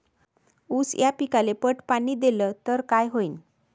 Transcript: ऊस या पिकाले पट पाणी देल्ल तर काय होईन?